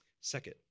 Second